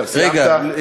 סיימת?